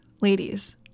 ladies